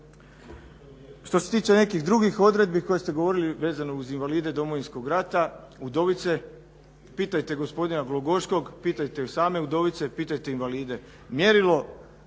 Što se tiče nekih drugih odredbi što se tiče invalida Domovinskog rata, udovice pitajte gospodina Glogoškog, pitajte samo udovice, pitajte invalide, mjerilo